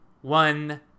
One